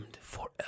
forever